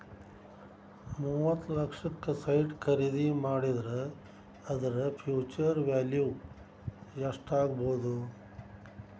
ಮೂವತ್ತ್ ಲಕ್ಷಕ್ಕ ಸೈಟ್ ಖರಿದಿ ಮಾಡಿದ್ರ ಅದರ ಫ್ಹ್ಯುಚರ್ ವ್ಯಾಲಿವ್ ಯೆಸ್ಟಾಗ್ಬೊದು?